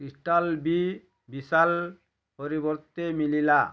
crystal ବି ବିଶାଲ ପରିବର୍ତ୍ତେ ମିଳିଲା